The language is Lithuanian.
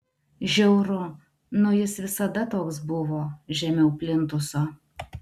žiauru nu jis visada toks buvo žemiau plintuso